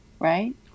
right